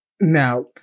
Now